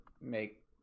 make